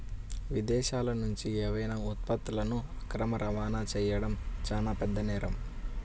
విదేశాలనుంచి ఏవైనా ఉత్పత్తులను అక్రమ రవాణా చెయ్యడం చానా పెద్ద నేరం